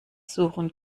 suchen